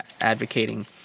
advocating